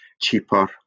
cheaper